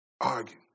Argue